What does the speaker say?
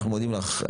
אנחנו מודים לך,